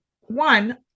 One